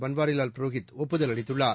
பன்வாரிவால் புரோஹித் ஒப்புதல் அளித்துள்ளார்